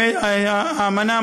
בבקשה, אדוני.